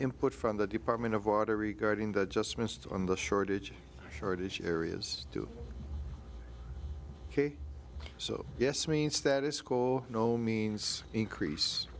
input from the department of water regarding that just missed on the shortage shortage areas too so yes means that is no means increase